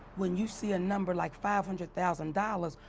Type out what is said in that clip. when you see a number like five hundred thousand dollars,